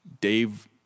Dave